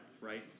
right